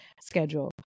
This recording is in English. schedule